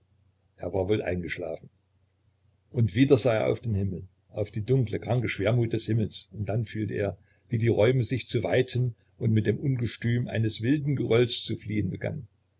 er war wohl eingeschlafen und wieder sah er auf den himmel auf die dunkle kranke schwermut des himmels und dann fühlte er wie die räume sich zu weiten und mit dem ungestüm eines wilden gerölls zu fliehen begannen